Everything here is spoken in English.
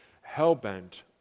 hell-bent